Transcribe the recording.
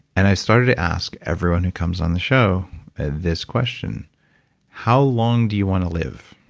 and i started to ask everyone who comes on the show this question how long do you want to live?